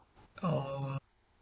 oh